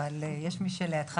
אבל יש את מי שלידך